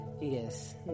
yes